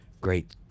great